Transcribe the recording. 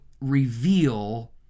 reveal